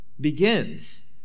begins